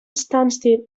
stansted